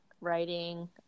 writing